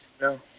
no